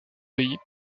pays